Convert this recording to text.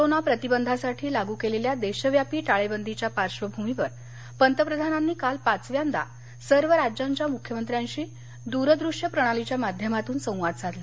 corona प्रतिबंधासाठी लागू केलेल्या देशव्यापी टाळेबंदीच्या पार्श्वभूमीवर पंतप्रधानांनी काल पाचव्यांदा सर्व राज्यांच्या मुख्यमंत्र्यांशी दूरदृष्य प्रणालीच्या माध्यमातून संवाद साधला